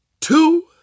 two